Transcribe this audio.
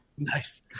Nice